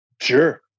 Sure